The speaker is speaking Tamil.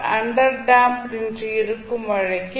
அண்டர் டேம்ப்ட் என்று இருக்கும் வழக்கில்